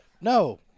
no